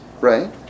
right